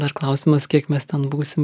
dar klausimas kiek mes ten būsim